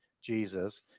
Jesus